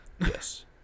Yes